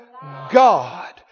God